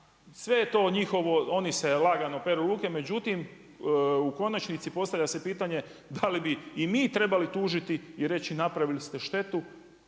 sve je to njihovo, oni lagano peru ruke, međutim u konačnici postavlja se pitanje da li bi i mi trebali tužiti i reći napravili ste štetu,